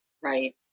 Right